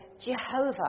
Jehovah